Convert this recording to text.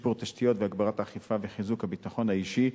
שיפור תשתיות והגברת האכיפה וחיזוק הביטחון האישי.